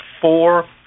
four